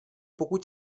pokud